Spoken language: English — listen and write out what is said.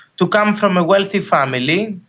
to come from a wealthy family,